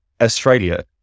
Australia